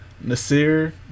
Nasir